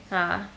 ah